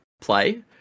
play